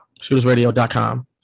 Shootersradio.com